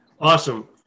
Awesome